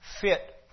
Fit